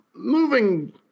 Moving